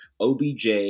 OBJ